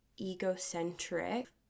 egocentric